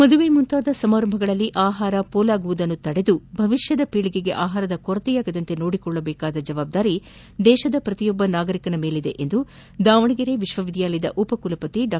ಮದುವೆ ಮುಂತಾದ ಸಮಾರಂಭಗಳಲ್ಲಿ ಆಹಾರ ಮೋಲಾಗುವುದನ್ನು ತಡೆದು ಭವಿಷ್ಕದ ಪೀಳಿಗೆಗೆ ಆಹಾರದ ಕೊರತೆ ಆಗದಂತೆ ನೋಡಿಕೊಳ್ಳಬೇಕಾದ ಜವಾಬ್ದಾರಿ ದೇಶದ ಪ್ರತಿಯೊಬ್ಬ ನಾಗರೀಕನ ಮೇಲಿದೆ ಎಂದು ದಾವಣಗೆರೆ ವಿಶ್ವ ವಿದ್ಯಾಲಯದ ಉಪಕುಲಪತಿ ಡಾ